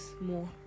more